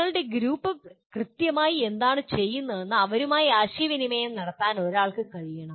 നിങ്ങളുടെ ഗ്രൂപ്പ് കൃത്യമായി എന്താണ് ചെയ്യുന്നതെന്ന് അവരുമായി ആശയവിനിമയം നടത്താൻ ഒരാൾക്ക് കഴിയണം